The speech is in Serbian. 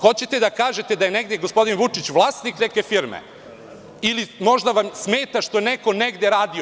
Hoćete da kažete da je negde gospodin Vučić vlasnik neke firme ili vam možda smeta što je neko negde radio?